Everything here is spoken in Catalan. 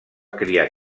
criar